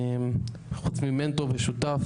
חוץ ממנטור ושות,